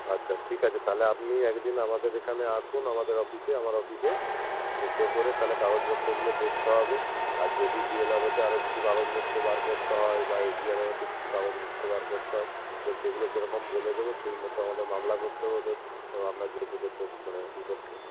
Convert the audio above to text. আচ্ছা ঠিক আছে তাহলে আপনি একদিন আমাদের এখানে আসুন আমাদের অফিসে আমার অফিসে তো চেক করে তাহলে কাগজপত্রগুলো দেখতে হবে আর যদি বি এল আর ওতে আরও কিছু কাগজপত্র বার করতে হয় বা এস ডি এল আর ওতে কিছু কাগজপত্র বার করতে হয় তো সেগুলো সেরকম বলে দেবো সেই মতো আমাদের মামলা করতে হবে ওদের তো আপনার যেহেতু ওদের মানে বিপক্ষে